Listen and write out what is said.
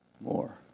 More